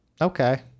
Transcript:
Okay